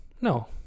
No